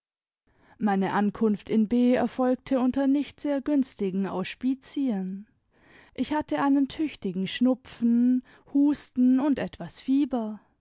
meine ankunft in b erfolgte unter nicht sehr günstigen auspizien ich hatte einen tüchtigen schnupfen husten und etwas fieber